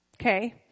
Okay